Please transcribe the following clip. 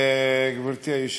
גברתי היושבת-ראש,